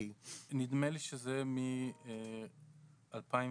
נדמה לי שזה מ-2019.